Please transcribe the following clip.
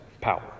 power